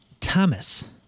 Thomas